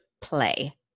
play